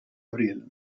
abril